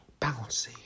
bouncy